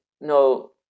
no